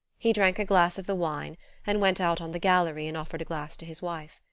he drank a glass of the wine and went out on the gallery and offered a glass to his wife.